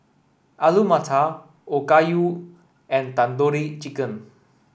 Alu Matar Okayu and Tandoori Chicken